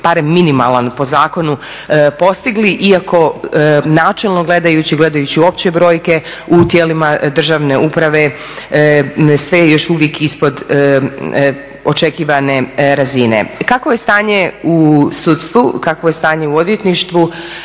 barem minimalan po zakonu postigli. Iako načelno gledajući, gledajući opće brojke u tijelima državne uprave sve je još uvijek ispod očekivane razine. Kakvo je stanje u sudstvu, kakvo je stanje u odvjetništvu?